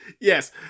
Yes